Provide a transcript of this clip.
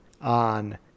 on